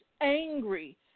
angry